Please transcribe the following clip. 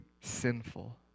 sinful